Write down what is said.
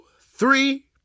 three